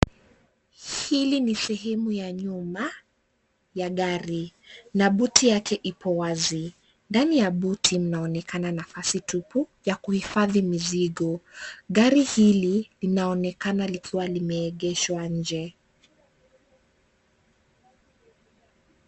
Hili ni sehemu ya nyuma ya gari na buti yake ipo wazi. Ndani ya buti, mnaonekana nafasi tupu ya kuhifadhi mizigo. Gari hili linaonekana likiwa limeegeshwa nje.